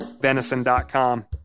venison.com